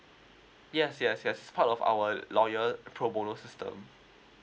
yes yes yes part of our lawyer pro bono system